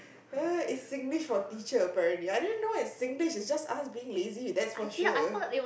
(hur) it's Singlish for teacher apparently I didn't know it's Singlish it's just us being lazy that's for sure